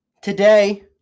Today